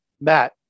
Matt